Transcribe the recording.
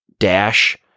dash